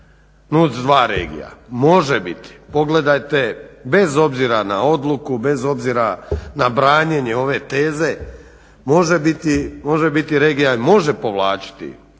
NUC 2 regija. Može biti. Pogledajte bez obzira na odluku, bez obzira na branjenje ove teze može biti regija i može povlačiti